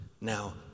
Now